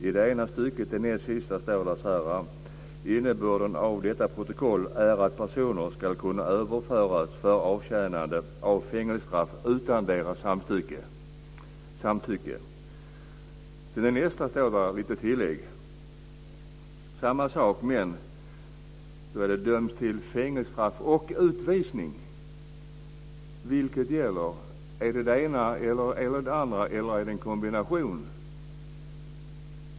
I det näst sista stycket står det: "Innebörden av detta protokoll är att personer ska kunna överföras för avtjänande av fängelsestraff utan deras samtycke." I det sista stycket talas det om personer som dömts till "fängelsestraff och utvisning". Vilket gäller - det ena, det andra eller en kombination?